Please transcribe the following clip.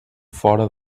fora